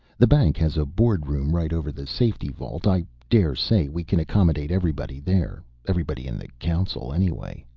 the bank has a board room right over the safety vault. i dare say we can accommodate everybody there everybody in the council, anyway.